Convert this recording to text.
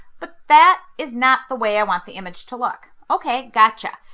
but that is not the way i want the image to look! okay gotcha.